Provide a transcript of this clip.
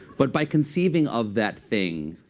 but by conceiving of that thing,